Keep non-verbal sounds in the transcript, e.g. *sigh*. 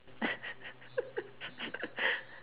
*laughs*